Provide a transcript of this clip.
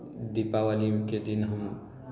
दिपावलीके दिन हम